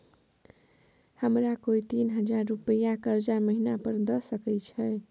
हमरा कोय तीन हजार रुपिया कर्जा महिना पर द सके छै?